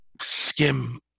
skim